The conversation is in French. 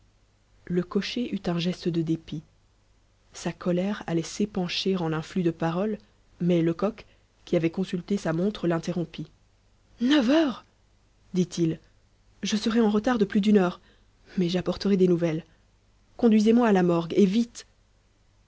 le cocher eut un geste de dépit sa colère allait s'épancher en un flux de paroles mais lecoq qui avait consulté sa montre l'interrompit neuf heures dit-il je serai en retard de plus d'une heure mais j'apporterai des nouvelles conduisez-moi à la morgue et vite